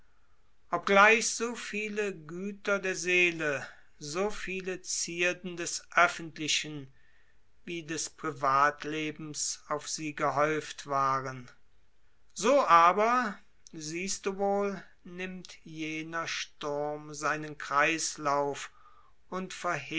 obgleich so viele güter der seele so viele zierden des öffentlichen wie des privatlebens auf sie gehäuft waren so aber siehst du wohl nimmt jener sturm seinen kreislauf und